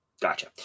Gotcha